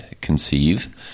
conceive